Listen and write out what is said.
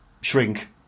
shrink